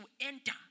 enter